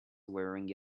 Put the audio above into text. wearing